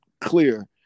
clear